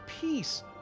peace